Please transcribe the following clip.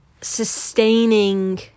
sustaining